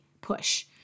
push